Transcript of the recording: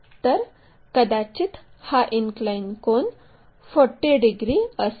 तर कदाचित हा इनक्लाइन कोन 40 डिग्री असेल